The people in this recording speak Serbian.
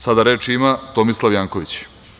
Sada reč ima Tomislav Janković.